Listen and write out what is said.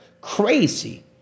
Crazy